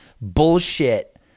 bullshit